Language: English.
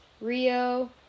Rio